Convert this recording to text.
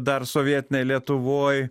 dar sovietinėj lietuvoj